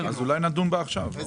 בבקשה.